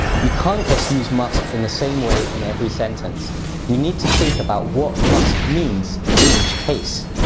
you can't just use must in the same way in every sentence you need to think about what must means in each case.